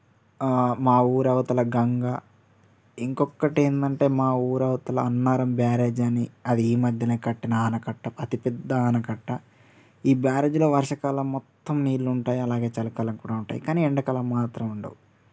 మా ఊరి అవతల గంగ ఇంకొక్కటి ఏంటంటే మా ఊరి అవతల అన్నారం బ్యారేజని ఈ మధ్యనే కట్టిన ఆనకట్ట అతి పెద్ద ఆనకట్ట ఈ బ్యారేజ్లో వర్షకాలం మొత్తం నీళ్లుంటాయి అలాగే చలి కాలం కూడా ఉంటాయి కాని ఎండకాలం మాత్రం ఉండవు